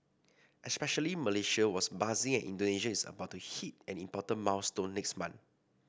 especially Malaysia was buzzing and Indonesia is about to hit an important milestone next month